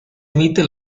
emite